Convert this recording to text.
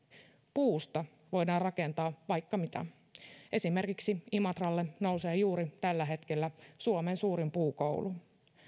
puusta voidaan rakentaa vaikka mitä esimerkiksi imatralle nousee juuri tällä hetkellä suomen suurin puukoulu